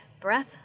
breath